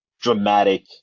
dramatic